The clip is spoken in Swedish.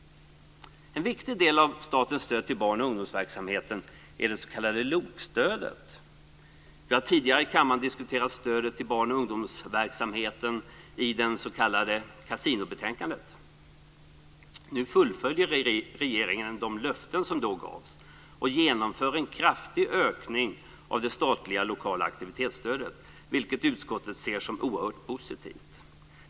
En viktig del av statens stöd till barn och ungdomsverksamheten är LOK-stödet. Vi har tidigare i kammaren diskuterat stödet till barn och ungdomsverksamheten i samband med det s.k. kasinobetänkandet. Nu fullföljer regeringen de löften som då gavs och genomför en kraftig ökning av det statliga lokala aktivitetsstödet, vilket utskottet ser som oerhört positivt.